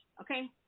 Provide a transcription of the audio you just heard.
okay